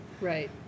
Right